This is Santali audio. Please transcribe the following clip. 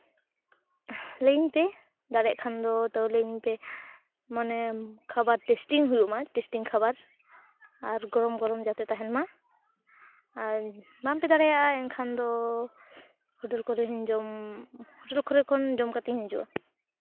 ᱞᱟᱹᱭᱟᱹᱧ ᱯᱮ ᱫᱟᱲᱮᱭᱟᱜ ᱠᱷᱟᱱ ᱫᱚ ᱛᱟᱹᱣ ᱞᱟᱹᱭᱟᱹᱧ ᱯᱮ ᱢᱟᱱᱮ ᱠᱷᱟᱵᱟᱨ ᱴᱮᱥᱴᱤᱝ ᱦᱩᱭᱩᱜᱼᱢᱟ ᱴᱮᱥᱴᱤᱝ ᱠᱷᱟᱵᱟᱨ ᱟᱨ ᱜᱚᱨᱚᱢ ᱜᱚᱨᱚᱢ ᱡᱟᱛᱮ ᱛᱟᱦᱮᱱ ᱢᱟ ᱟᱨ ᱵᱟᱝᱯᱮ ᱫᱟᱲᱮᱭᱟᱜᱼᱟ ᱮᱱᱠᱷᱟᱱ ᱫᱚ ᱦᱳᱴᱮᱞ ᱠᱚᱨᱮ ᱦᱚᱸᱧ ᱡᱚᱢ ᱦᱳᱴᱮᱞ ᱠᱚᱨᱮ ᱠᱷᱚᱱ ᱡᱚᱢ ᱠᱟᱛᱮ ᱤᱧ ᱦᱤᱡᱩᱜᱼᱟ